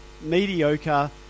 mediocre